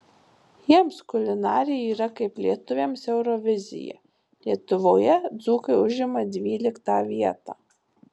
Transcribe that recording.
jiems kulinarija yra kaip lietuviams eurovizija lietuvoje dzūkai užima dvyliktą vietą